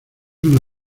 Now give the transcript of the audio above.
una